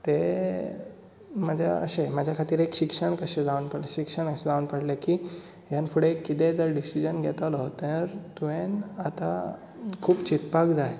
ते म्हज्या अशें म्हज्या खातीर एक शिक्षण कशें शिक्षण अशें जावन पडलें की ह्यान फुडें कितेंय जर डिसीजन घेतलो तर तुवेंन आतां खूब चिंतपाक जाय